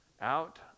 out